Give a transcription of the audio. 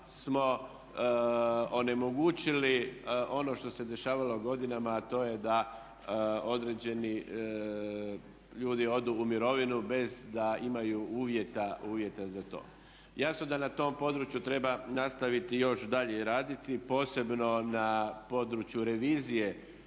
smo onemogućili ono što se dešavalo godinama, a to je da određeni ljudi odu u mirovinu bez da imaju uvjeta za to. Jasno da na tom području treba nastaviti još dalje raditi posebno na području revizije